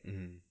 mmhmm